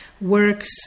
works